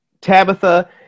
Tabitha